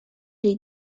les